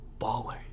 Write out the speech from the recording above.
baller